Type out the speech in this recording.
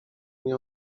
nie